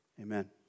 Amen